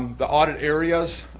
the audit areas,